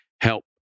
help